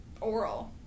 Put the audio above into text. oral